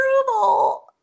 approval